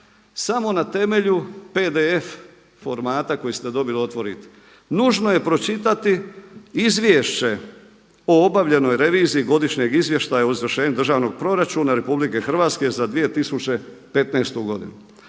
samo na temelju PDF formata koji ste dobili otvorite, nužno je pročitati Izvješće o obavljanoj reviziji godišnjeg izvještaja o izvršenju državnog proračuna RH za 2015.godinu.